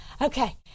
okay